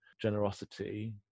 generosity